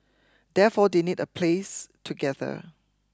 therefore they need a place to gather